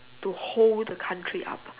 to hold the country up